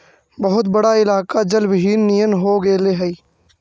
बहुत बड़ा इलाका जलविहीन नियन हो गेले हई